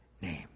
name